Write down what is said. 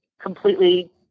completely